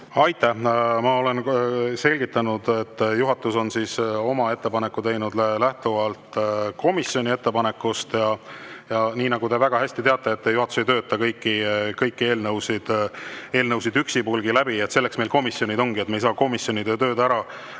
Aitäh! Ma olen selgitanud, et juhatus on oma ettepaneku teinud lähtuvalt komisjoni ettepanekust. Ja nii nagu te väga hästi teate, juhatus ei tööta kõiki eelnõusid üksipulgi läbi. Selleks meil komisjonid ongi. Me ei saa komisjonide tööd ära